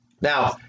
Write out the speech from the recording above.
Now